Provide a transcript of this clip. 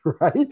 right